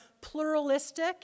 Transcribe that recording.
pluralistic